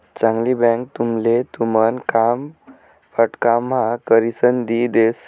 चांगली बँक तुमले तुमन काम फटकाम्हा करिसन दी देस